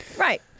Right